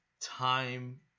time